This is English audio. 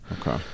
Okay